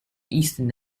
eastern